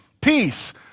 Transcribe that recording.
Peace